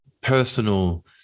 personal